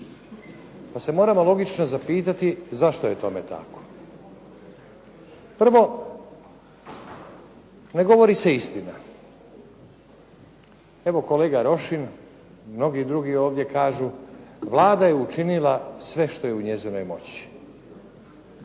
Pa se moramo logično zapitati zašto je tome tako. Prvo, ne govori se istina. Evo kolega Rošin, i mnogi drugi ovdje kažu Vlada je učinila što je u njezinoj moći.